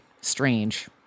strange